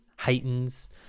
heightens